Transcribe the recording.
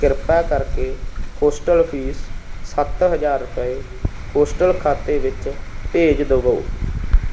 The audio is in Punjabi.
ਕਿਰਪਾ ਕਰਕੇ ਹੋਸਟਲ ਫ਼ੀਸ ਸੱਤ ਹਜ਼ਾਰ ਰੁਪਏ ਹੋਸਟਲ ਖਾਤੇ ਵਿੱਚ ਭੇਜ ਦਵੋ